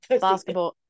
basketball